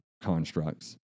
constructs